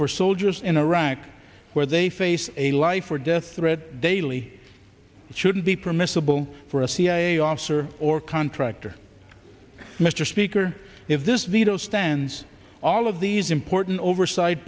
for soldiers in iraq where they face a life or death threat daily that shouldn't be permissible for a cia officer or contractor mr speaker if this veto stands all of these important oversight